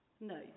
No